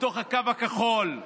בתוך הקו הכחול,